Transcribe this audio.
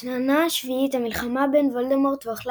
בשנה השביעית המלחמה בין וולדמורט ואוכלי